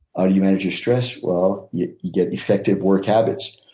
ah do you manage your stress? well, you get effective work habits.